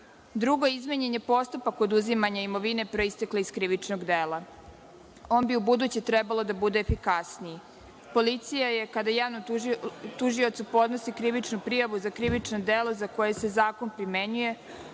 moguće. Drugo, izmenjen je postupak oduzimanja imovine proistekle iz krivičnog dela. On bi ubuduće trebalo da bude efikasniji. Policija je, kada javnom tužiocu podnosi krivičnu prijavu za krivično delo za koje se zakon primenjuje,